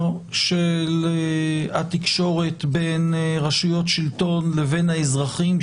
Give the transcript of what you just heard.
של התקשורת בין רשויות שלטון לבין האזרחים,